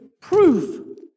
proof